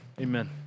Amen